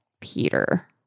peter